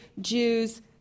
Jews